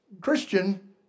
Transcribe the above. Christian